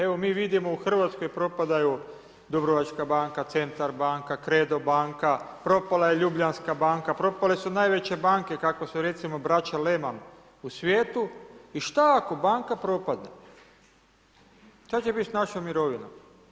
Evo mi vidimo u Hrvatskoj propadaju Dubrovačka banka, Centar banka, Credo banka, propala je Ljubljanska banka, propale su najveće banke, kakve su recimo Braća Leman u svijetu i što ako banka propadne, što će biti s našom mirovinom?